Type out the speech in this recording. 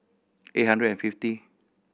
eight hundred and fifty